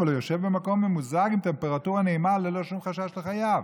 אבל הוא יושב במקום ממוזג עם טמפרטורה נעימה ללא שום חשש לחייו.